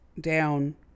down